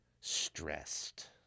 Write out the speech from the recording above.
stressed